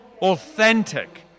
authentic